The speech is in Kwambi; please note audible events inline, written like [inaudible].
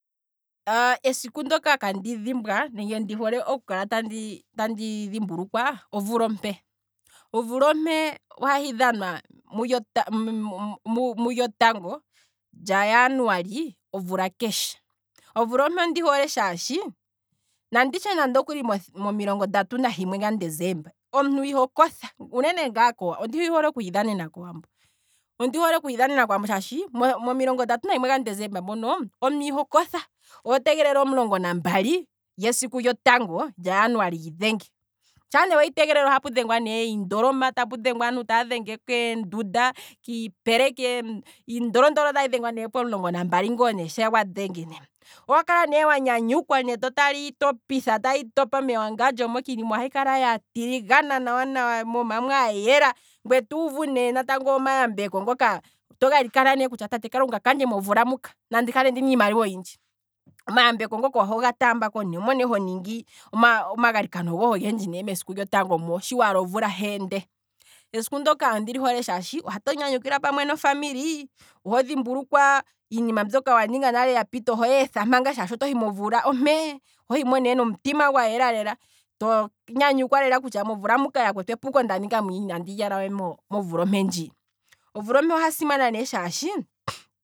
[hesitation] Esiku ndoka kandi dhimbwa. nenge ndi holetandi li dhimbulukwa, omvula ompe, omvula ompe ohahi dhanwa mu- mu- mo- mulyotango lyajanuali omvula keshe, omvula ompe ondi hoole shaashi, nanditye nande omilongo ndatu nalimwe gadecemba omuntu iho kotha. uunene ondi hole okuhi dhanena kowambo, ondi hole okuhi dhanena kowambo shaashi, momilongo ndatu nalimwe gadecemba moka omuntu iho kotha, oho tegelele omulongo nambali gesiku lyotango lyajanuali lyi dhenge, shaa ne wehi tegelele ohapu dhengwa ne iindoloma, tapu dhenga aantu taa dhenge keendunda, kiipeleki, iindolondolo tayi dhengwa ne pomulongo nambali mpo sha gwa dhenge ne, oho kala ne, oho kala wa nyanyukwa to tala iitopi tayi topa mewangandjo moka, iinima ohayi kala ya tiligana nawa nawa mooma mwa yela, ngwee tuvu ne omayambeko ngoka to galikana ne kutya tate kalunga kandje omvula muka, nandi kale ndina iimaliwa oyindji, omayambe kongoka ohoga taambako ne omo ne ho ningi oma- omagalikano gohe ogendji ne mesiku lyotango mo shiwala omvula yeende, esiku ndoka ondili hole ne shaashi, ohatu nyanyukilwa pamwe nofamily, oho dhimbulukwa iinima mbyoka ya pita, ohoyi etha manga shaashi otoyi momvula ompe, oho himo ne nomutima gwa yela lela, to nyanyukwa kutya momvula muka yakwetu epuko ndaninga momvula mwiyaka inandi li hala we momvula ompe ndji, omvula ompe oha simana ne shaashi, [noise]